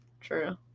true